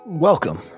Welcome